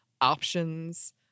options